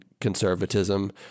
conservatism